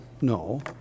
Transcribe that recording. no